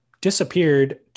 disappeared